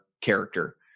character